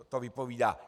To vypovídá.